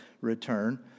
return